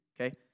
okay